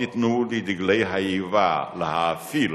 אל תיתנו לדגלי האיבה להאפיל